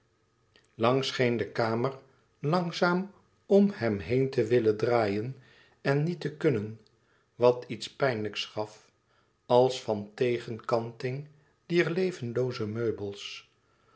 scheen de kamer langzaam om hem heen te willen draaien en niet te kunnen wat iets pijnlijks gaf als van tegenkanting dier levenlooze meubels